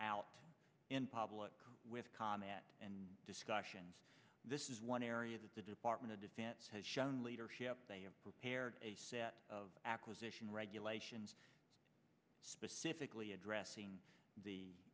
out in public with comment and discussions this is one area that the department of defense has shown leadership prepared of acquisition regulations specifically addressing the